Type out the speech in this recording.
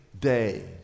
Day